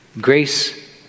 grace